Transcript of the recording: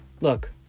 Look